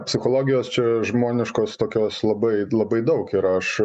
psichologijos čia žmoniškos tokios labai labai daug ir aš